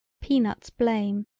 peanuts blame,